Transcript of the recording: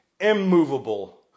immovable